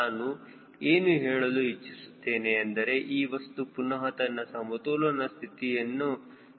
ನಾನು ಏನು ಹೇಳಲು ಇಚ್ಚಿಸುತ್ತೇನೆ ಎಂದರೆ ಆ ವಸ್ತು ಪುನಹ ತನ್ನ ಸಮತೋಲನದ ಸ್ಥಾನವನ್ನು ಪಡೆಯುತ್ತಿದೆ